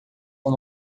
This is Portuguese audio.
com